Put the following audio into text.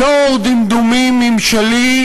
אזור דמדומים ממשלי,